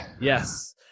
Yes